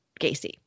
Gacy